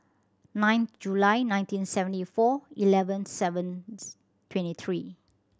nine July ninety seventy four eleven seven twenty three